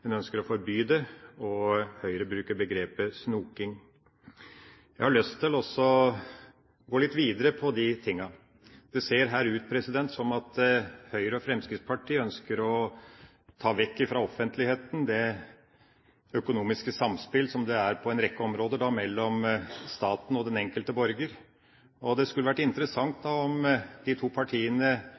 de ønsker å forby dette, og Høyre bruker begrepet «snoking». Jeg har lyst til å gå litt videre på de tingene. Det ser her ut til at Høyre og Fremskrittspartiet ønsker å ta vekk fra offentligheten det økonomiske samspill som er på en rekke områder mellom staten og den enkelte borger. Det skulle vært interessant om de to partiene